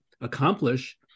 accomplish